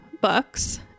books